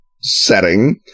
setting